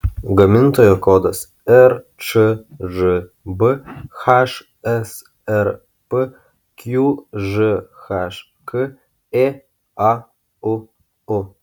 gamintojo kodas rčžb hsrp qžhk ėauu